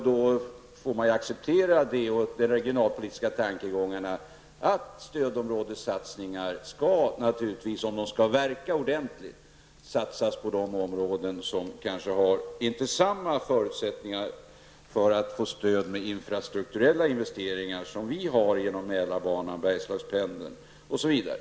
Då får man acceptera detta och de regionalpolitiska tankegångarna om att stödområdessatsningar, om de skall verka ordentligt, naturligtvis skall göras i de områden som kanske inte har samma förutsättningar att få stöd genom infrastrukturella investeringar som vi har genom Mälarbanan, Bergslagspendeln, osv.